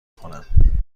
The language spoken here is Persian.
کنم